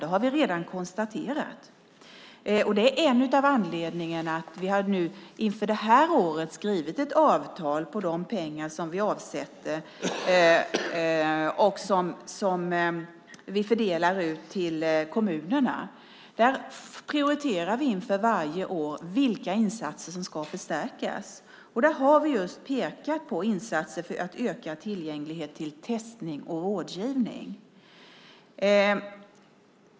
Det har vi redan konstaterat. Det är en av anledningarna till att vi inför det här året har skrivit ett avtal på de pengar som vi avsätter och som vi fördelar ut till kommunerna. Där prioriterar vi inför varje år vilka insatser som ska förstärkas. Där har vi just pekat på insatser för att öka tillgängligheten till testning och rådgivning.